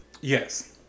Yes